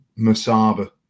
Masaba